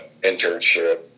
internship